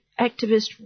activist